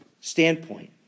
standpoint